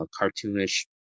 cartoonish